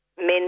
men